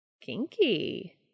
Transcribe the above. Kinky